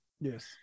Yes